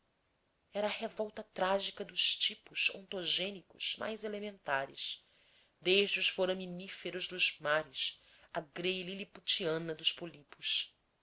era a revolta trágica dos tipos ontogênicos mais elementares desde os foraminíferos dos mares à grei liliputiana dos pólipos